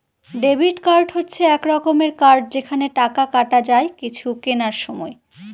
debit card হচ্ছে এক রকমের কার্ড যেখানে টাকা কাটা যায় কিছু কেনার সময়